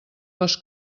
les